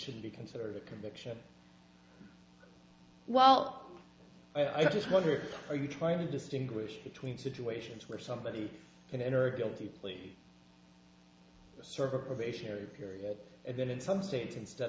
should be considered a conviction well i just wonder are you trying to distinguish between situations where somebody can enter a guilty plea sort of a sherry period and then in some states instead